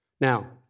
Now